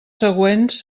següents